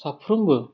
साफ्रोमबो